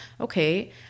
Okay